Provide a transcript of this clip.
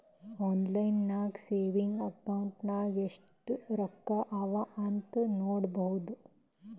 online ನಾಗೆ savings account ನಾಗ್ ಎಸ್ಟ್ ರೊಕ್ಕಾ ಅವಾ ಅಂತ್ ನೋಡ್ಬೋದು